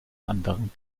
anderen